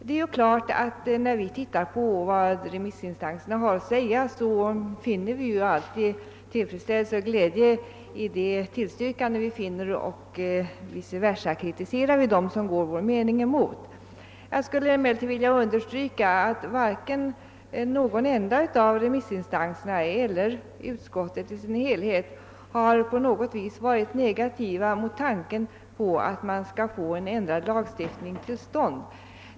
Det är ju klart att vi, när vi ser på vad remissinstanserna har att säga, finner tillfredsställelse och glädje över de tillstyrkanden som där förekommer och kritiserar dem som har en annan mening än vi. Jag skulle emellertid vilja understryka att varken någon av remissinstanserna eller utskottet i sin helhet har varit negativ mot tanken på att man skall få till stånd en ändrad lagstiftning.